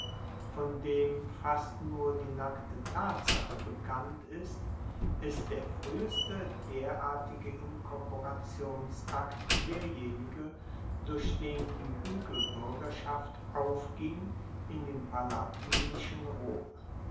von dem fast nur die nackte tatsache bekannt ist ist der frueheste derartige inkorporationsakt derjenige durch den die huegelbuergerschaft aufging in dem palatinischen rom